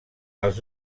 els